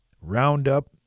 Roundup